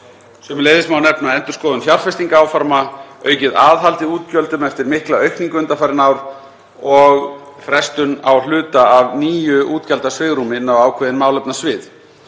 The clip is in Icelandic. Sömuleiðis má nefna endurskoðun fjárfestingaráforma, aukið aðhald í útgjöldum eftir mikla aukningu undanfarin ár og frestun á hluta af nýju útgjaldasvigrúmi inn á ákveðin málefnasvið.